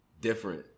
Different